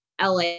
LA